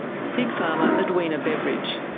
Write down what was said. pig farmer edwina beveridge.